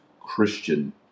Christian